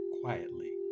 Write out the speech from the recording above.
quietly